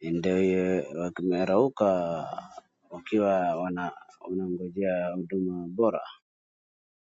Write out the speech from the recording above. Na ndio wameharauka wakiwa wanangojea huduma bora.